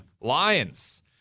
Lions